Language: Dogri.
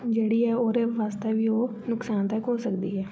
जेह्ड़ी ऐ ओह्दे वास्तै बी ओह् नुकसानदायक हो सकदी ऐ